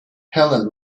helene